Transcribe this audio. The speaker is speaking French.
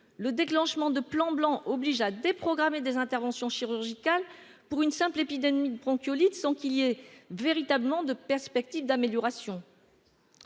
le déclenchement de plan blanc oblige à déprogrammer des interventions chirurgicales pour une simple épidémie de bronchiolite, sans qu'il y ait véritablement de perspective d'amélioration,